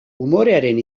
umorearen